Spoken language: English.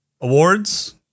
Awards